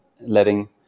letting